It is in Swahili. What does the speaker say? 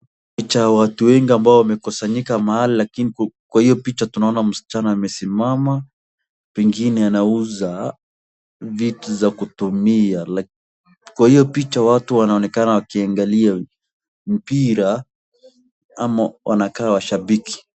Watu wengi ambao wamekusanyika mahalibkwa hiyovpicha tunaona msichana amesimama pengine anauza vitu za kutumia. Watu wanaonekana wakiangalia mpira ama wanakaa mashabiki.